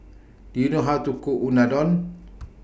Do YOU know How to Cook Unadon